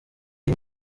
iyi